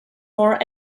more